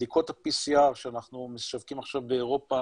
בדיקות ה-PCR שאנחנו משווקים עכשיו באירופה